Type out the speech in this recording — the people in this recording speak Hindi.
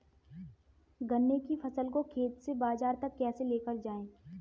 गन्ने की फसल को खेत से बाजार तक कैसे लेकर जाएँ?